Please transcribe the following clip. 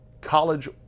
college